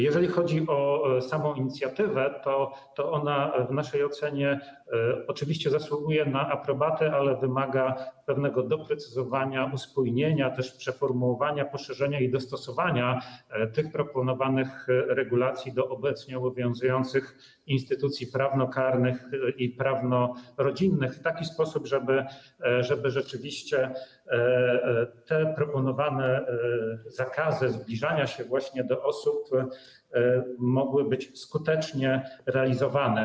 Jeżeli chodzi o samą inicjatywę, to ona w naszej ocenie oczywiście zasługuje na aprobatę, ale wymaga pewnego doprecyzowania, uspójnienia, też przeformułowania, poszerzenia i dostosowania proponowanych regulacji do obecnie obowiązujących instytucje prawnokarne i prawnorodzinne w taki sposób, żeby proponowane zakazy zbliżania się do osób mogły być skutecznie realizowane.